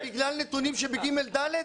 בגלל נתונים של כיתות ג'-ד'?